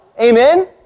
Amen